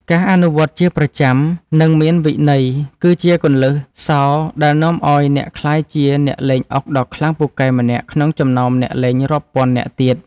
ការអនុវត្តជាប្រចាំនិងមានវិន័យគឺជាគន្លឹះសោរដែលនាំឱ្យអ្នកក្លាយជាអ្នកលេងអុកដ៏ខ្លាំងពូកែម្នាក់ក្នុងចំណោមអ្នកលេងរាប់ពាន់នាក់ទៀត។